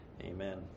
Amen